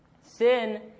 Sin